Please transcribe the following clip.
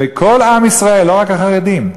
וכל עם ישראל, לא רק החרדים,